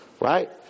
Right